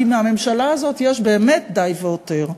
כי מהממשלה הזאת יש באמת די והותר.